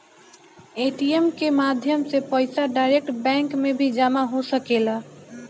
ATM के माध्यम से पईसा डायरेक्ट बैंक में भी जामा हो सकेला